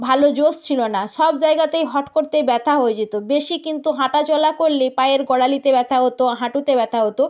ভালো জোশ ছিল না সব জায়গাতে হট করতে ব্যথা হয়ে যেত বেশি কিন্তু হাঁটাচলা করলে পায়ের গোড়ালিতে ব্যথা হতো হাঁটুতে ব্যথা হতো